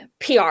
PR